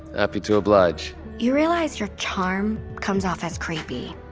happy to oblige you realize your charm comes off as creepy,